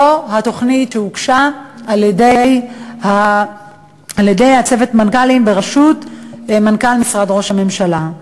זו התוכנית שהוגשה על-ידי צוות מנכ"לים בראשות מנכ"ל משרד ראש הממשלה.